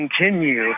continue